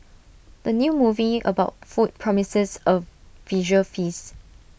the new movie about food promises A visual feast